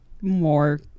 more